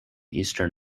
eastern